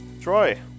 Troy